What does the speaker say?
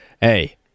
Hey